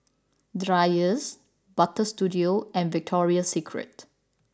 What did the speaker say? Dreyers Butter Studio and Victoria Secret